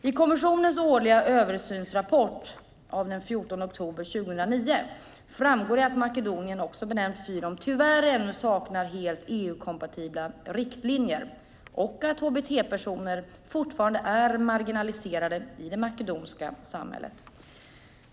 I kommissionens årliga översynsrapport av den 14 oktober 2009 framgår det att Makedonien, också benämnt Fyrom, tyvärr ännu saknar helt EU-kompatibla riktlinjer och att hbt-personer fortfarande är marginaliserade i det makedoniska samhället.